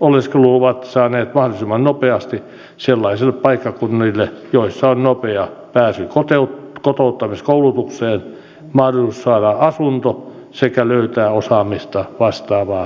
oleskeluluvat saaneet mahdollisimman nopeasti sellaisille paikkakunnille joilla on nopea pääsy kotouttamiskoulutukseen mahdollisuus saada asunto sekä löytää osaamista vastaavaa työtä